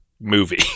movie